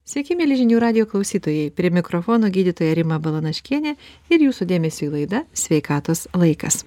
sveiki mieli žinių radijo klausytojai prie mikrofono gydytoja rima balanaškienė ir jūsų dėmesiui laida sveikatos laikas